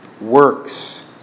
works